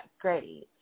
great